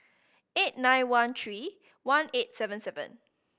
eight nine one three one eight seven seven